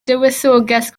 dywysoges